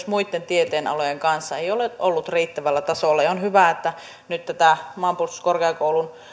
muitten tieteenalojen kanssa ei ole ollut riittävällä tasolla niin nyt tätä maanpuolustuskorkeakoulun